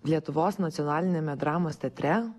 lietuvos nacionaliniame dramos teatre